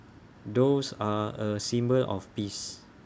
doves are A symbol of peace